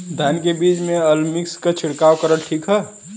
धान के बिज में अलमिक्स क छिड़काव करल ठीक ह?